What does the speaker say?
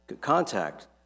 contact